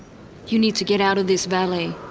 you need to get out of this valley.